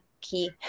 key